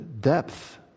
depth